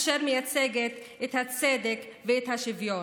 אשר מייצגת את הצדק ואת השוויון.